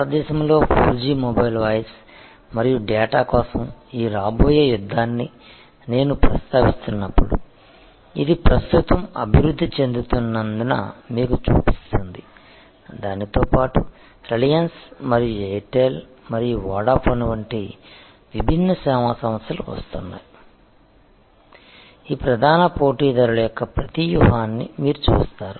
భారతదేశంలో 4 G mobile voice మరియు data కోసం ఈ రాబోయే యుద్ధాన్ని నేను ప్రస్తావిస్తున్నప్పుడు ఇది ప్రస్తుతం అభివృద్ధి చెందుతున్నందున మీకు చూపిస్తుంది దానితోపాటు రిలయన్స్ మరియు ఎయిర్టెల్ మరియు వొడాఫోన్ వంటి విభిన్న సేవా సంస్థలు వస్తున్నాయి ఈ ప్రధాన పోటీదారుల యొక్క ప్రతి వ్యూహాన్ని మీరు చూస్తారు